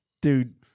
Dude